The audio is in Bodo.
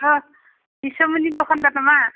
हो बिस'मनि दखान्दार नामा